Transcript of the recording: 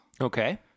Okay